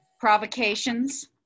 Provocations